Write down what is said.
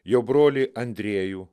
jo brolį andriejų